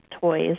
toys